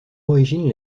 origine